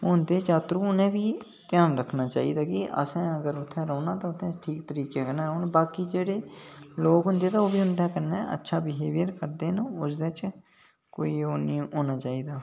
होंदे यात्रु उ'नें बी घ्यान रखना चाहिदा कि अगर असें उत्थै रौह्ना ते तरिके कन्नै कि जेह्डे़ लोक हुंदे ते उं'दे कन्नै अच्छा बहेवियर करदे न उस च कोई ओह् नेईं होना चाहिदा